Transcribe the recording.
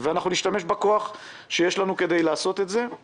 ואני שמח שנוכח כאן חבר כנסת מסיעת ימינה למרות ההחרמה